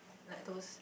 like those